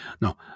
no